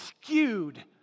skewed